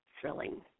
thrilling